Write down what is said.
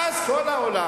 ואז כל העולם,